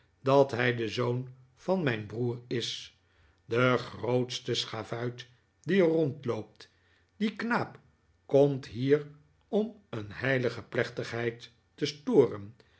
dat hij de zoon van mijn broer is de grobtste schavuit die er rondloopt die knaap komt hier om een heilige plechtigheid te storen